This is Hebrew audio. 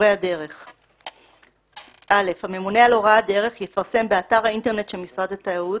מורי הדרך 11. הממונה על הוראת דרך יפרסם באתר האינטרנט משרד התיירות,